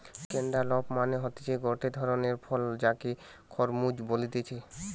cantaloupe মানে হতিছে গটে ধরণের ফল যাকে খরমুজ বলতিছে